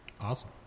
Awesome